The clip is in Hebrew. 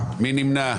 מי נמנע?